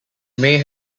may